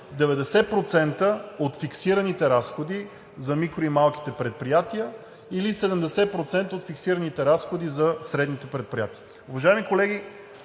90% от фиксираните разходи за микро- и малките предприятия и 70% от фиксираните разходи за средните предприятия. Уважаеми колеги,